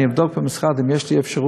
אני אבדוק במשרד אם יש לי אפשרות